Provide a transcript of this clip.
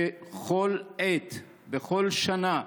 בכל עת, בכל שנה,